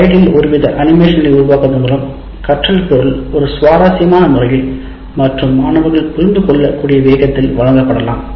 ஸ்லைடில் ஒருவித அனிமேஷன்களை உருவாக்குவதன் மூலம் கற்றல் பொருள் ஒரு சுவாரஸ்யமான முறையில் மற்றும் மாணவர்கள் புரிந்துகொள்ள கூடிய வேகத்தில் வழங்கப்படலாம்